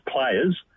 players